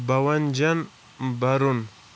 بَوَنجَن بَرُن